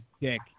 dick